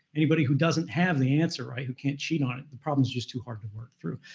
anybody who doesn't have the answer, right, who can't cheat on it, the problem is just too hard to work through.